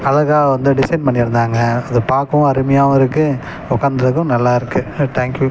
அழகாக வந்து டிசைன் பண்ணியிருந்தாங்க அது பார்க்கவும் அருமையாகவும் இருக்கு உக்காந்துருக்கவும் நல்லாயிருக்கு தேங்க்யூ